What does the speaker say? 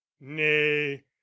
nay